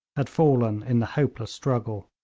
had fallen in the hopeless struggle.